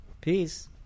Peace